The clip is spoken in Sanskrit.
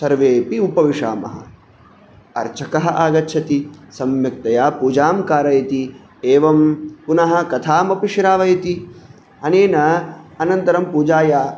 सर्वेऽपि उपविशामः अर्चकः आगच्छति सम्यक्तया पूजां कारयति एवं पुनः कथामपि श्रावयति अनेन अनन्तरं पूजाया